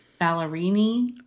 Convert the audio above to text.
Ballerini